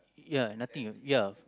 ya nothing ya